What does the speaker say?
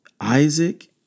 Isaac